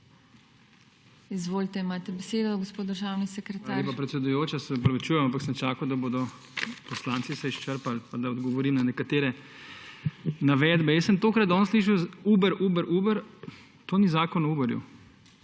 Izvolite, imate besedo. Gospod državni sekretar. BLAŽ KOŠOROK: Hvala lepa predsedujoča. Se opravičujem, ampak sem čakal, da bodo poslanci se izčrpali, pa da odgovorim na nekatere navedbe. Jaz sem tokrat danes slišal Uber, Uber, Uber. To ni Zakon o Uberju.